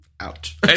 Ouch